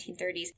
1930s